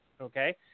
okay